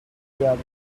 security